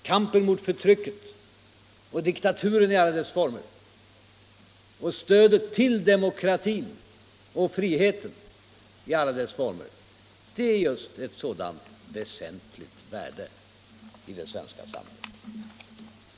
Kampen mot förtrycket och diktaturen i alla dess former, stödet till demokratin och friheten i alla dess former är just ett sådant väsentligt värde i det svenska samhället.